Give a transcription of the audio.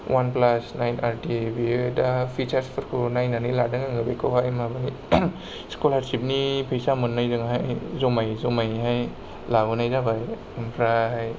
अवान plus nine आर टि बेयो दा फिचरसफोरखौ नायनानै लादों आङो बेखौहाय माबानि स्कलारशिपनि फैसा मोननायजोंहाय जमायै जमायैहाय लाबोनाय जाबाय ओमफ्राय